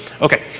okay